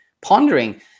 pondering